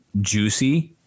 juicy